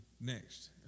next